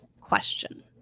question